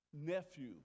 nephew